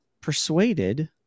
persuaded